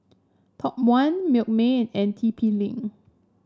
Top One Milkmaid and T P Link